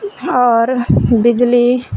اور بجلی